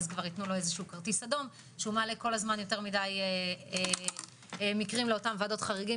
ייתנו לו כרטיס אדום שהוא מעלה יותר מדי מקרים לאותן ועדות חריגים,